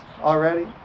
already